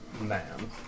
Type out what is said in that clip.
man